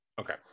okay